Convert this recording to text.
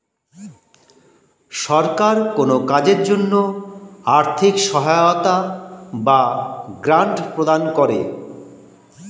সরকার কোন কাজের জন্য আর্থিক সহায়তা বা গ্র্যান্ট প্রদান করে